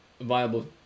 viable